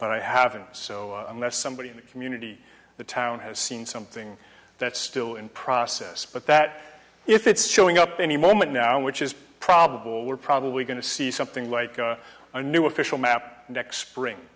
but i haven't so unless somebody in the community the town has seen something that's still in process but that if it's showing up any moment now which is probable we're probably going to see something like a new official map next spring